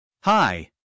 Hi